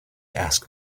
asked